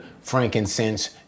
frankincense